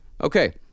Okay